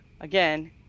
again